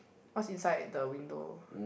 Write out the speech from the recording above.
what is inside the window